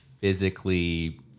physically